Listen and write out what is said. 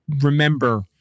remember